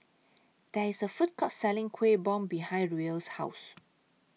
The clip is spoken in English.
There IS A Food Court Selling Kuih Bom behind Ruel's House